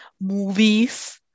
movies